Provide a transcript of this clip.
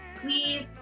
Please